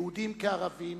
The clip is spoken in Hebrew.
יהודים כערבים,